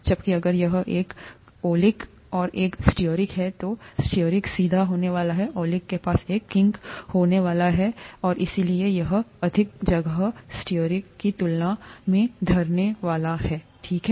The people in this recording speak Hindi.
जबकि अगर यह एक ओलिक और एक स्टीयरिक है तो स्टीयरिक सीधा होने वाला है ओलिक के पास एक किंक होने वाला है और इसलिए यहअधिक जगह स्टीयरिक की तुलना मेंघेरने वाला है ठीक है